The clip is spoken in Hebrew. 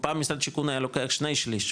פעם משרד השיכון היה לוקח שני שליש,